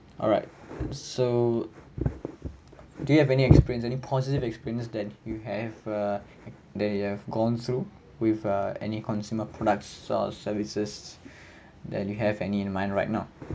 alright so do you have any experience any positive experience that you have uh that you have gone through with uh any consumer products or services that you have any in mind right now